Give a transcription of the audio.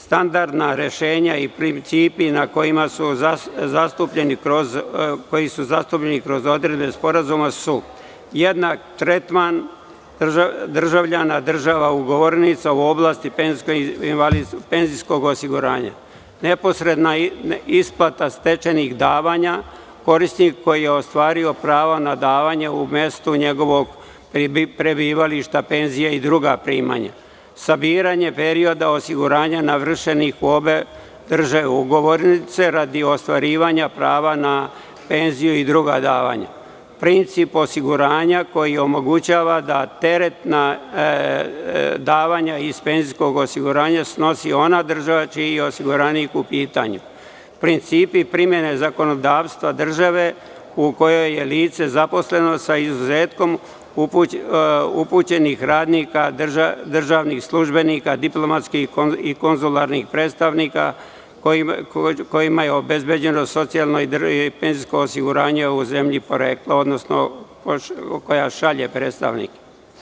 Standardna rešenja i principi koji su zastupljeni kroz odredbe Sporazuma su: jednak tretman državljana država ugovornica u oblasti penzijskog osiguranja, neposredna isplata stečenih davanja, korisnik koji je ostvario pravo na davanje u mestu njegovog prebivališta, penzija i druga primanja; sabiranje perioda osiguranja navršenih u obe države ugovornice radi ostvarivanja prava na penziju i druga davanja; princip osiguranja koji omogućava da teret na davanja iz penzijskog osiguranja snosi ona država čiji je osiguranik u pitanju; principi primene zakonodavstva države u kojoj je lice zaposleno, sa izuzetkom upućenih radnika, državnih službenika, diplomatskih i konzularnih predstavnika kojima je obezbeđeno socijalno i penzijsko osiguranje u zemlji porekla, odnosno koja šalje predstavnike.